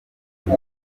kuri